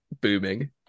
booming